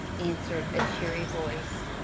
answered a cheery voice.